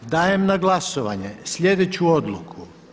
Dajem na glasovanje sljedeću odluku.